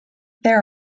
there